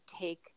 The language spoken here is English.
take